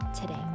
today